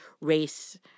race